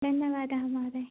धन्यवादः महोदय